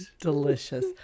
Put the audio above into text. Delicious